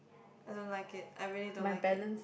I don't like it I really don't like it